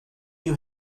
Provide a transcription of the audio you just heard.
you